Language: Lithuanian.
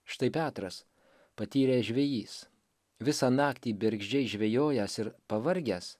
štai petras patyręs žvejys visą naktį bergždžiai žvejojęs ir pavargęs